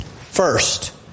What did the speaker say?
First